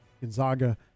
Gonzaga